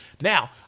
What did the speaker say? Now